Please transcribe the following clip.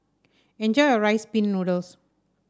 enjoy your Rice Pin Noodles